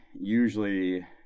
usually